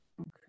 Okay